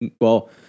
Well-